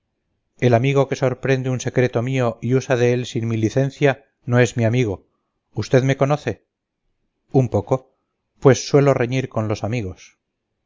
el amigo que sorprende un secreto mío y usa de él sin mi licencia no es mi amigo usted me conoce un poco pues suelo reñir con los amigos